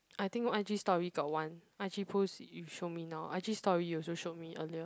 I think i_g story got one i_g post you show me now i_g story you also showed me earlier